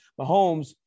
Mahomes